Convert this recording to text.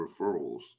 referrals